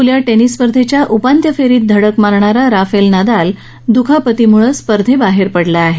American tennis खुल्या स्पर्धेच्या उपांत्य फेरीत धडक मारणारा राफेल नदाल दुखापतीमुळे स्पर्धेबाहेर पडला आहे